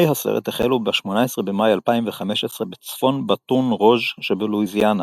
הסרט החלו ב-18 במאי 2015 בצפון באטון רוז' שבלואיזיאנה,